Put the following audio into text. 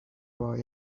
why